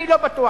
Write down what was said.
אני לא בטוח,